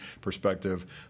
perspective